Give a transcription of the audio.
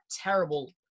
terrible